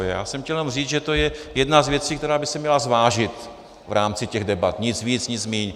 Já jsem chtěl jenom říct, že to je jedna z věcí, která by se měla zvážit v rámci těch debat, nic víc, nic míň.